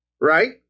right